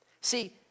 See